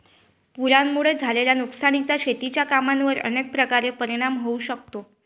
पुरामुळे झालेल्या नुकसानीचा शेतीच्या कामांवर अनेक प्रकारे परिणाम होऊ शकतो